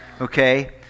okay